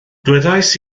dywedais